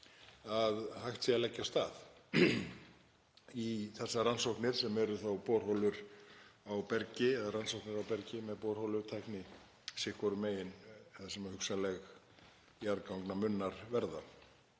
að hægt yrði að leggja af stað í þessar rannsóknir sem eru þá borholur á bergi eða rannsóknir á bergi með borholutækni sitt hvorum megin þar sem hugsanlegir jarðgangamunnar verða.